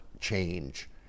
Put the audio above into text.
change